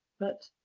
but,